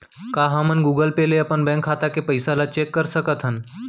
का हमन गूगल ले अपन बैंक खाता के पइसा ला चेक कर सकथन का?